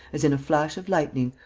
as in a flash of lightning,